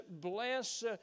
bless